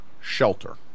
shelter